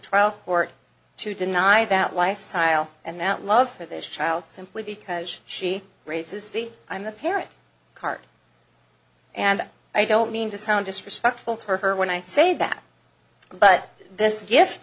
trial court to deny that lifestyle and that love for this child simply because she raises the i'm the parent card and i don't mean to sound disrespectful to her when i say that but this